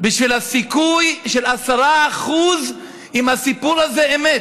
בשביל הסיכוי ש-10% מהסיפור הזה אמת.